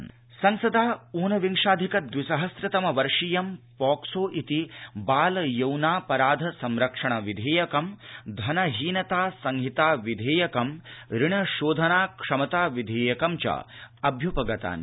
संसद संसदा ऊनविंशाधिक द्विसह्न्वतम वर्षीयं पोक्सो इति बाल यौनापराध संरक्षण विधेयकं धनहीनता संहिता विधेयकं ऋणशोधनाक्षमता विधेयकं च अभ्युपगतमु